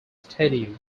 stadium